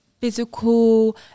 physical